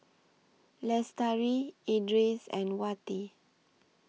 Lestari Idris and Wati